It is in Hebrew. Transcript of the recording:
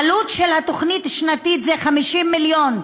העלות השנתית של התוכנית היא 50 מיליון.